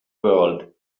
world